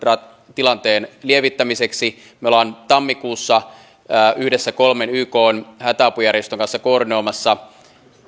tilanteen lievittämiseksi me olemme tammikuussa yhdessä kolmen ykn hätäapujärjestön kanssa koordinoimassa